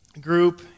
group